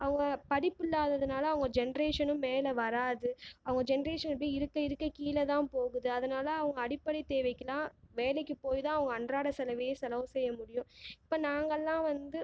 அவங்க படிப்பு இல்லாததுனால் அவங்க ஜென்ரேசனும் மேலே வராது அவங்க ஜென்ரேசன் அப்படியே இருக்க இருக்க கீழே தான் போகுது அதனால் அவங்க அடிப்படை தேவைக்கு தான் வேலைக்கு போய் தான் அவங்க அன்றாடம் செலவையே செலவு செய்ய முடியும் இப்போ நாங்களா வந்து